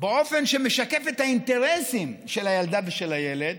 באופן שמשקף את האינטרסים של הילדה ושל הילד,